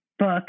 book